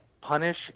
punish